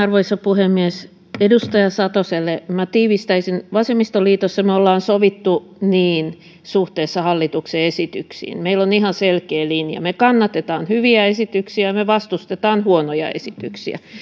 arvoisa puhemies edustaja satoselle minä tiivistäisin vasemmistoliitossa me olemme sopineet niin suhteessa hallituksen esityksiin meillä on ihan selkeä linja että me kannatamme hyviä esityksiä ja me vastustamme huonoja esityksiä